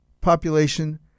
population